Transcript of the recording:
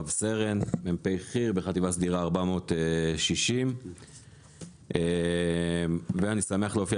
רב סרן מ"פ חי"ר בחטיבה סדירה 460. אני שמח להופיע